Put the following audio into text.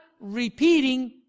repeating